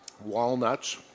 walnuts